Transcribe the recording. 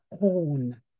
own